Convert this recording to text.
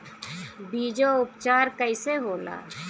बीजो उपचार कईसे होला?